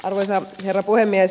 arvoisa herra puhemies